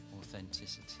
authenticity